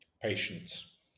Patience